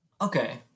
Okay